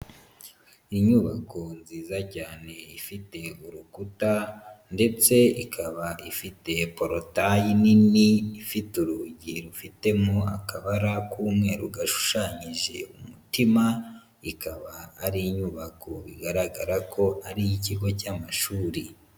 Inyubako nziza cyane ifite urukuta ndetse ikaba ifite porotayi nini, ifite urugi rufitemo akabara k'umweru gashushanyije umutima, ikaba ari inyubako bigaragara ko ari iy'ikigo cy'amashuri.